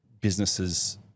businesses